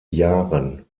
jahren